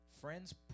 Friends